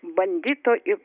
bandyto ir